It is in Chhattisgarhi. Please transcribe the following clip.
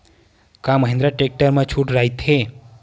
का महिंद्रा टेक्टर मा छुट राइथे?